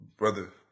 Brother